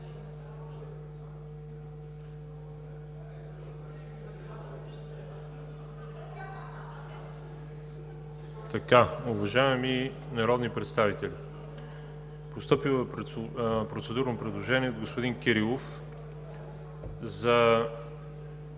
Уважаеми народни представители! Постъпило е процедурно предложение до господин Кирилов за